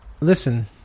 Listen